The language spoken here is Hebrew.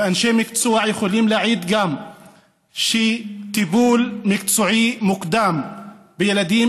ואנשי מקצוע יכולים גם להעיד שטיפול מקצועי מוקדם בילדים